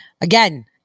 again